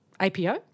APO